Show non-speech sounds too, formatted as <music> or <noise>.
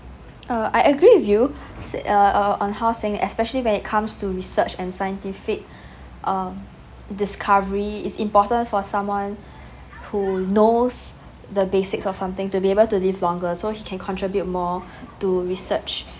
uh I agree with you err on how saying especially when it comes to research and scientific <breath> um discovery is important for someone <breath> who knows the basics or something to be able to live longer so he can contribute more <breath> to research